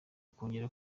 kongera